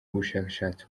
ubushakashatsi